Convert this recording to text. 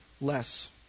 less